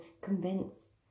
convince